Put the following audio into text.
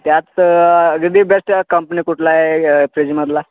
त्यात अगदी best company कुठला आहे फ्रिजमधला